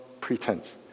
pretense